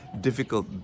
difficult